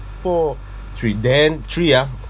four three then three ah